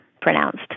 pronounced